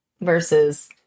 versus